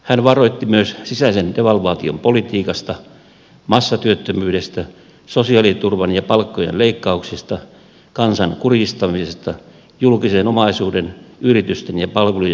hän varoitti myös sisäisen devalvaation politiikasta massatyöttömyydestä sosiaaliturvan ja palkkojen leikkauksista kansan kurjistamisesta julkisen omaisuuden yritysten ja palveluiden yksityistämisestä